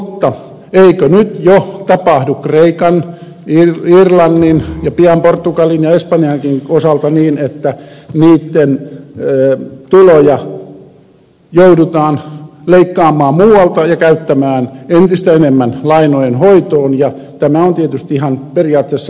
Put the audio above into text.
mutta eikö nyt jo tapahdu kreikan irlannin ja pian portugalin ja espanjankin osalta niin että niitten tuloja joudutaan leikkaamaan muualta ja käyttämään entistä enemmän lainojen hoitoon ja tämä on tietysti ihan periaatteessa oikein